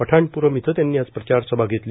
पठाणप्ररम् इथं त्यांनी आज प्रचारसभा घेतली